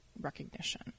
recognition